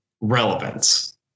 relevance